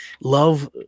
Love